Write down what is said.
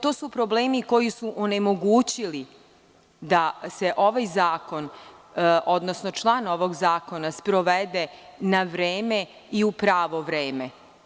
To su problemi koji su onemogućili da se ovaj zakon odnosno član ovog zakona sprovede na vreme i u pravo vreme.